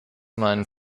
meinen